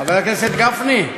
חבר הכנסת גפני,